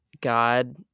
God